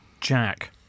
Jack